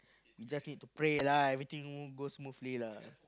we just need to pray lah everything go smoothly lah